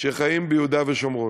שחיים ביהודה ושומרון.